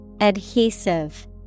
Adhesive